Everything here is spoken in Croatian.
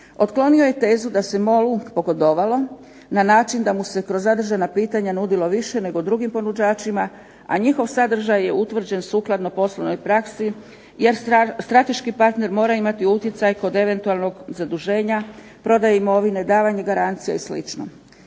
Otklonio je tezu da se MOL-u pogodovalo na način da mu se kroz zadržana pitanja nudilo više nego drugim ponuđačima, a njihov sadržaj je utvrđen sukladno poslovnoj praksi jer strateški partner mora imati utjecaj kod eventualnog zaduženja, prodaji imovine, davanju garancija i